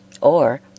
Or